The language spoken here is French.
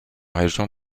région